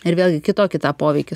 ir vėlgi kitokį tą poveikį